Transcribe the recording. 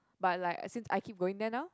but like since I keep going there now